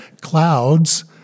clouds